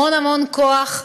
המון המון כוח,